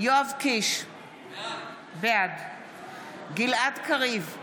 יואב קיש, בעד גלעד קריב,